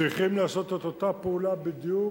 צריכים לעשות את אותה פעולה בדיוק